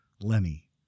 Lenny